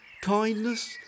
Kindness